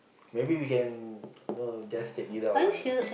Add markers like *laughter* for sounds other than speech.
*noise* maybe we can *noise* know just check it out lah you know